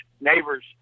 neighbors